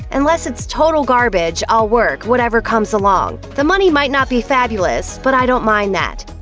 unless it's total garbage, i'll work, whatever comes along. the money might not be fabulous. but i don't mind that.